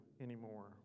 anymore